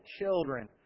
children